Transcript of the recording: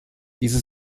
diese